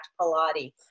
Pilates